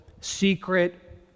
secret